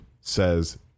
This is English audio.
says